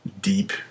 deep